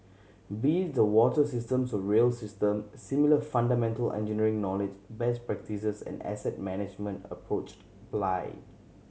be it the water systems to rail system similar fundamental engineering knowledge best practices and asset management approached apply